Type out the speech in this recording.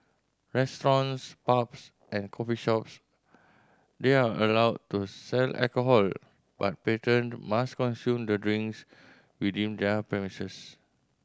restaurants pubs and coffee shops there allowed to sell alcohol but patrons must consume the drinks within their premises